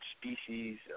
species